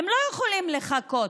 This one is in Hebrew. הם לא יכולים לחכות.